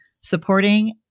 supporting